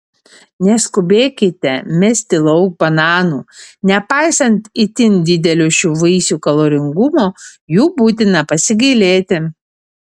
neskubėkite mesti lauk bananų nepaisant itin didelio šių vaisių kaloringumo jų būtina pasigailėti